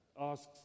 asks